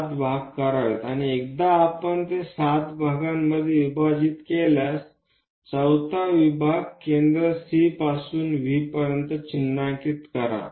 7 भाग करावेत आणि एकदा आपण ते 7 भागांमध्ये विभाजित केल्यास चौथा विभाग केंद्र C पासून V चिन्हांकित करा